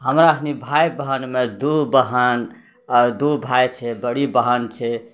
हमरा सनि भाय बहिनमे दू बहिन आओर दू भाय छै बड़ी बहिन छै